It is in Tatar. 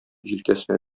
җилкәсенә